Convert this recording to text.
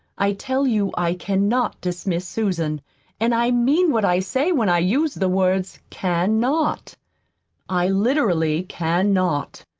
i tell you i cannot dismiss susan and i mean what i say when i use the words can not i literally can not.